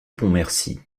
pontmercy